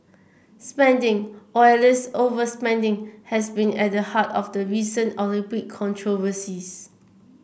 spending or at least overspending has been at the heart of the recent Olympic controversies